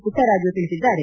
ಪುಟ್ಟರಾಜು ತಿಳಿಸಿದ್ದಾರೆ